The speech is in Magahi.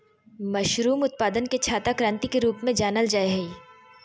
मशरूम उत्पादन के छाता क्रान्ति के रूप में जानल जाय हइ